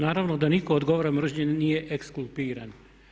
Naravno da nitko od govora mržnje nije ekskulpiran.